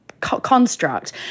construct